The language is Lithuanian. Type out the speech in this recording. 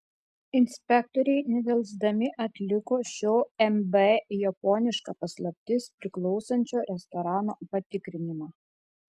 inspektoriai nedelsdami atliko šio mb japoniška paslaptis priklausančio restorano patikrinimą